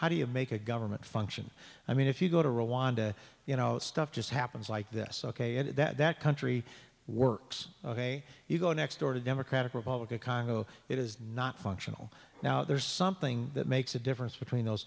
how do you make a government function i mean if you go to rwanda you know stuff just happens like this ok and that country works ok you go next door to democratic republic of congo it is not functional now there's something that makes a difference between those